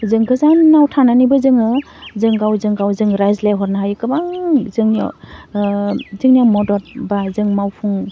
जों गोजानाव थानानैबो जोङो जों गावजों गावजों रायज्लायहरनो हायो गोबां जोंनियाव जोंनिया मदद बा जों मावफुं